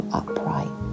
upright